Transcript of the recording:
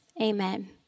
Amen